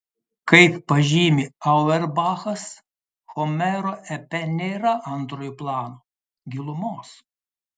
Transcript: kaip pažymi auerbachas homero epe nėra antrojo plano gilumos